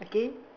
okay